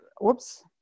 whoops